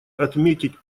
отметить